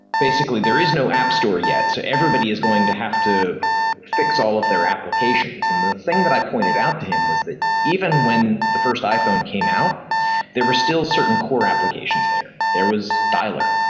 basically, there is no app store yet, so everybody is going to have to fix all of their applications. and the thing that i pointed out to him was that even when the first iphone came out there were still certain core applications there. there was dialer,